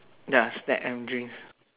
ya snack and drinks